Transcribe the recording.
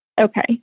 Okay